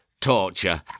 torture